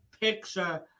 picture